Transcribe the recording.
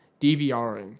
DVRing